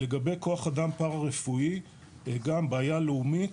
לגבי כוח אדם פרא רפואי זו גם בעיה לאומית,